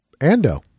Ando